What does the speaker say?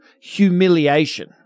humiliation